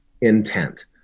intent